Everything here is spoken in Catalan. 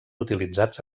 utilitzats